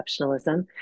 exceptionalism